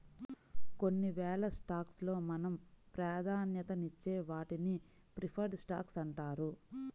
కొన్నివేల స్టాక్స్ లో మనం ప్రాధాన్యతనిచ్చే వాటిని ప్రిఫర్డ్ స్టాక్స్ అంటారు